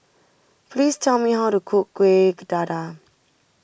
please tell me how to cook Kueh Dadar